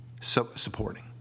supporting